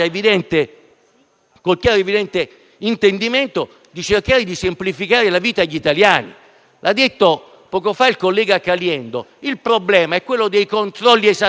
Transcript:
con il chiaro ed evidente intendimento di cercare di semplificare la vita agli italiani. L'ha detto poco fa il collega Caliendo: il problema è quello dei controlli esasperati,